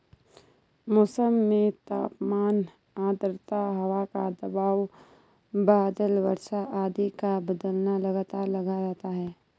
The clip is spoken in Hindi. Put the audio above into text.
मौसम में तापमान आद्रता हवा का दबाव बादल वर्षा आदि का बदलना लगातार लगा रहता है